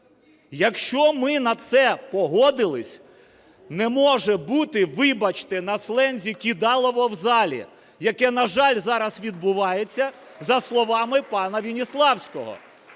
Якщо ми на це погодилися, не може бути (вибачте, на слензі) кидалово в залі, яке, на жаль, зараз відбувається, за словами Веніславського.